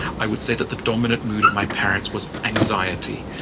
i would say that the dominant mood of my parents was anxiety.